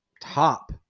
top